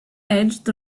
edged